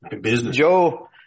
Joe